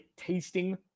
tasting